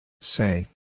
Say